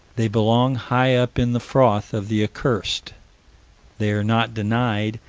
they belong high up in the froth of the accursed they are not denied,